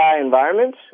environment